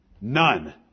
None